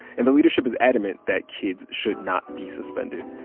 and the leadership is adamant that kids should not be suspended.